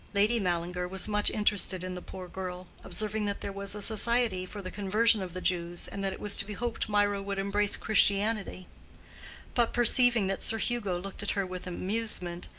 lady mallinger was much interested in the poor girl, observing that there was a society for the conversion of the jews, and that it was to be hoped mirah would embrace christianity but perceiving that sir hugo looked at her with amusement,